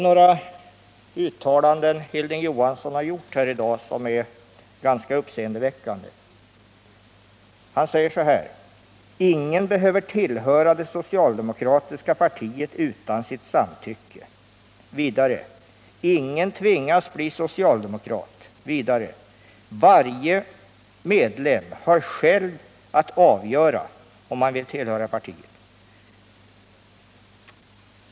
Några av de uttalanden Hilding Johansson gjort i dag är ganska uppseendeväckande. Han säger: Ingen behöver tillhöra det socialdemokratiska partiet utan sitt samtycke. Vidare: Ingen tvingas bli socialdemokrat. Vidare: Varje medlem har själv att avgöra om han vill tillhöra partiet.